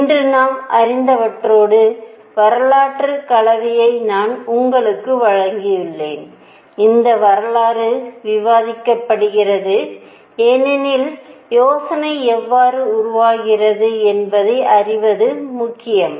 இன்று நாம் அறிந்தவற்றோடு வரலாற்று கலவையை நான் உங்களுக்கு வழங்கியுள்ளேன் இந்த வரலாறு விவாதிக்கப்படுகிறது ஏனெனில் யோசனை எவ்வாறு உருவாகிறது என்பதை அறிவது முக்கியம்